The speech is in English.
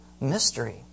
mystery